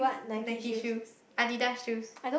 Nike shoes Adidas shoes